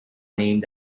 named